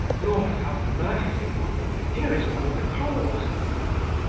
lord have mercy upon me! here is one of the claws.